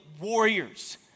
warriors